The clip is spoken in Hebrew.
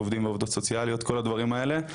כל הדברים האלה,